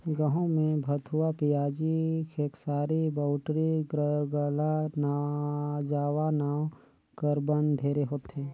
गहूँ में भथुवा, पियाजी, खेकसारी, बउटरी, ज्रगला जावा नांव कर बन ढेरे होथे